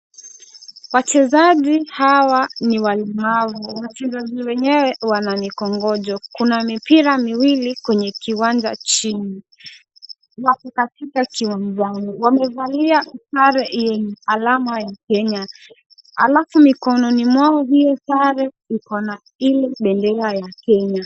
Wachezaji hawa ni walemavu. Wachezaji wenyewe wana mikongojo. Kuna mipira miwili kwenye kiwanja chini. Wako katika kiwanjani. Wamevalia sare yenye alama ya Kenya, alafu mikononi mwao hiyo sare iko na ile bendera ya Kenya.